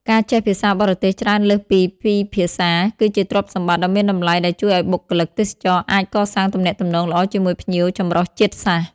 ការចេះភាសាបរទេសច្រើនលើសពីពីរភាសា គឺជាទ្រព្យសម្បត្តិដ៏មានតម្លៃដែលជួយឱ្យបុគ្គលិកទេសចរណ៍អាចកសាងទំនាក់ទំនងល្អជាមួយភ្ញៀវចម្រុះជាតិសាសន៍។